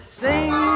sing